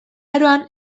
aroan